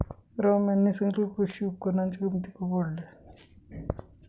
राम यांनी सांगितले की, कृषी उपकरणांच्या किमती खूप वाढल्या आहेत